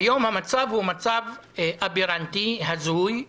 היום המצב הוא מצב אברנטי, הזוי,